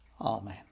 Amen